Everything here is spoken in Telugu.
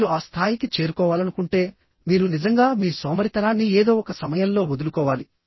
మీరు ఆ స్థాయికి చేరుకోవాలనుకుంటే మీరు నిజంగా మీ సోమరితనాన్ని ఏదో ఒక సమయంలో వదులుకోవాలి